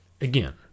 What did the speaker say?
again